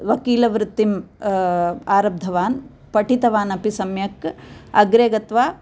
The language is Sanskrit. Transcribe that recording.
वकीलवृत्तिम् आरब्धवान् पठितवान् अपि सम्यक् अग्रे गत्वा